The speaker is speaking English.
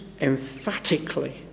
emphatically